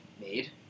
made